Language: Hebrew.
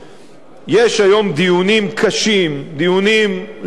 יש היום דיונים קשים, דיונים לא פשוטים,